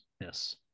Yes